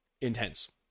intense